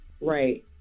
Right